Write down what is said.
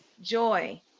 Joy